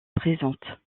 présentent